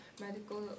medical